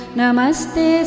Namaste